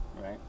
right